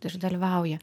ir dalyvauja